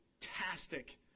fantastic